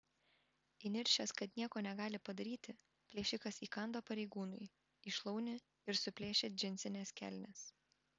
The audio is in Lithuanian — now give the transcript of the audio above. įniršęs kad nieko negali padaryti plėšikas įkando pareigūnui į šlaunį ir suplėšė džinsines kelnes